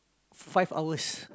five hours